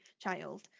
child